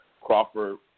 Crawford